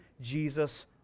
Jesus